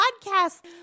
podcast